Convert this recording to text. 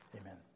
Amen